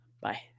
Bye